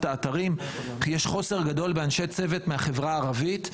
את האתרים והוא שיש חוסר גדול באנשי צוות מהחברה הערבית,